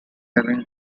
having